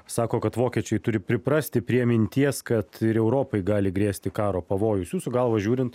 sako kad vokiečiai turi priprasti prie minties kad ir europai gali grėsti karo pavojus jūsų galva žiūrint